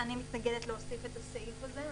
מתנגדות להוסיף את הסעיף הזה.